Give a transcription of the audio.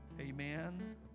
Amen